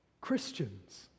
Christians